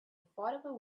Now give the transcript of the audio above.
affordable